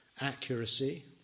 accuracy